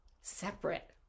separate